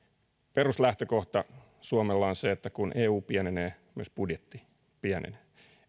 peruslähtökohta suomella on se että kun eu pienenee myös budjetti pienenee